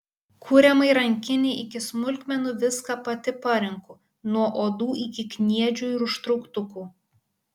kuriamai rankinei iki smulkmenų viską pati parenku nuo odų iki kniedžių ir užtrauktukų